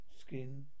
skin